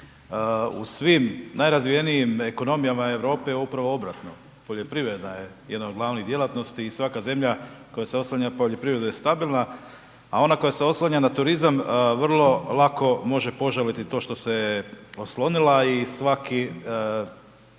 u svim najrazvijenijim ekonomijama Europe je upravo obratno, poljoprivreda je jedna od glavnih djelatnosti i svaka zemlja koja se oslanja na poljoprivredu je stabilna a ona koja se oslanja na turizam vrlo lako može požaliti to što se oslonila i svaki